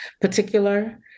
particular